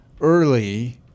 early-